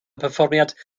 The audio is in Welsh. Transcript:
perfformiad